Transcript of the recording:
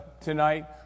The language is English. tonight